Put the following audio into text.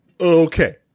Okay